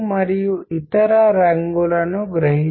మరియు ఇవి మనం ముఖ్యమైనవిగా చర్చిస్తాము